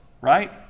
right